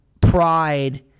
pride